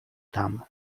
tam